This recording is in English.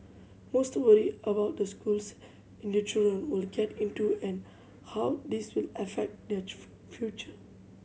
most worry about the schools and their children will get into and how this will affect their future